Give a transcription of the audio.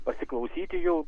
pasiklausyti jų